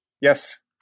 Yes